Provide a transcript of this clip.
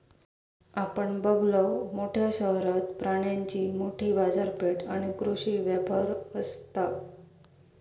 आपण बघलव, मोठ्या शहरात प्राण्यांची मोठी बाजारपेठ आणि कृषी व्यापार असता